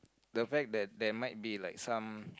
the back there there might be like some